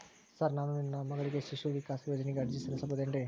Sir ನಾನು ನನ್ನ ಮಗಳಿಗೆ ಶಿಶು ವಿಕಾಸ್ ಯೋಜನೆಗೆ ಅರ್ಜಿ ಸಲ್ಲಿಸಬಹುದೇನ್ರಿ?